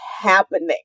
happening